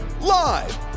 live